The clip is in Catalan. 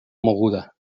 moguda